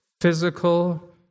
physical